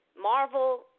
Marvel